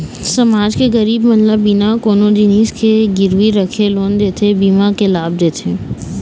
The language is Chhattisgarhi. समाज के गरीब मन ल बिना कोनो जिनिस के गिरवी रखे लोन देथे, बीमा के लाभ देथे